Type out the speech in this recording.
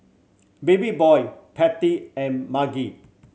Babyboy Patty and Margy